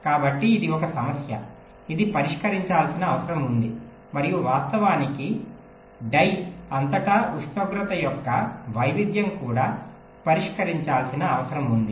కాబట్టి ఇది ఒక సమస్య ఇది పరిష్కరించాల్సిన అవసరం ఉంది మరియు వాస్తవానికి డై అంతటా ఉష్ణోగ్రత యొక్క వైవిధ్యం కూడా పరిష్కరించాల్సిన అవసరం ఉంది